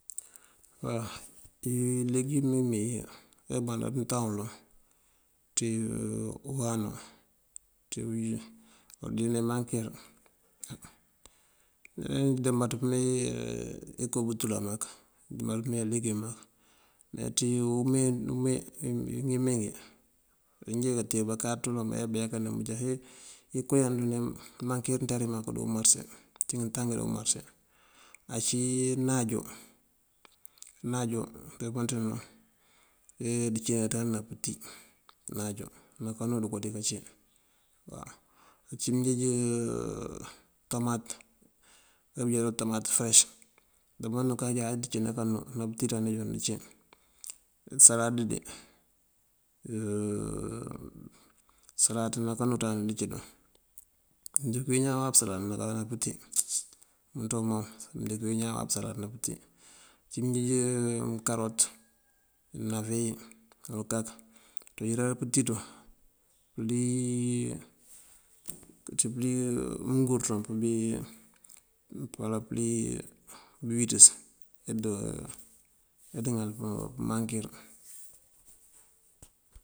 Ileegum iyí mënmee yí ebandaţ mëntaŋ mëloŋ ţí uwáanu yul de mankir. Njí dëmbaţ pëmee iko bantulan mak, njí dëmbaţ pëmee ileegum mak. Më ţí ngí mee ngí manjá kantee bakáaţ uloŋ buyá kayá banëm bujá kee ikoo yan dune amankir mak dí umarëse ţí ngëtaŋ ngëloŋ dí umarëse. Ací náajo, náajo ecínaţan pëtí náajo naká kanú okoo díka cí. Uncí mënjeej tomat, baloŋ já bujá bul tomat feres, dëmënţ waŋ ajároon muncína kanú pëtí danjároon mucí. Salad dí salad kanú ţan nducídun mëndiŋ wín ñaan wáap salad pëtí, umënţ wun mom mëndiŋ wín ñaan wáap salad ná pëtí. Uncí mënjeej mënkarot inave yí yuŋ kak ţí uyërëra pëtí pun, ţí pëlí mëngur pun kabí uwala pëlí bëwíţës adaŋal pëmankir.